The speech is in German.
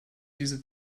diese